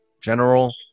General